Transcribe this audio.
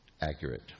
accurate